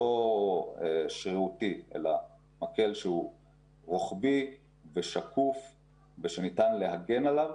לא שרירותי, אלא רוחבי ושקוף שניתן להגן עליו